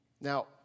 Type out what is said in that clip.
Now